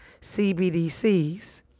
CBDCs